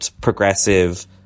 progressive